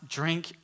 drink